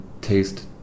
taste